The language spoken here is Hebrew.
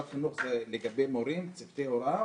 החינוך זה לגבי מורים וצוותי הוראה?